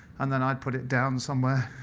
and then i'd put it down somewhere.